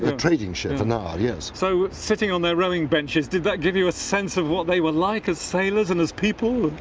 ah training ship for now so sitting on their rowing benches did that give you a sense of what they were like as sailors and as people?